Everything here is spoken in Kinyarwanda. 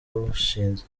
wawushinze